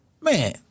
man